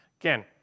Again